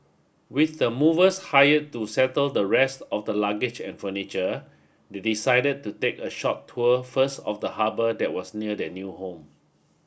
with the movers hired to settle the rest of the luggage and furniture they decided to take a short tour first of the harbour that was near their new home